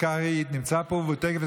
קרעי, קרעי פה.